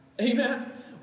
amen